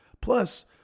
Plus